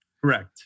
Correct